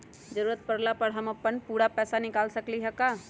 जरूरत परला पर हम अपन पूरा पैसा निकाल सकली ह का?